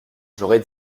j’aurais